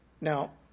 Now